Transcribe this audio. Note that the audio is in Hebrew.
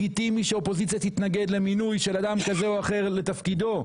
ולגיטימי שאופוזיציה תתנגד למינוי של אדם כזה או אחר לתפקידו,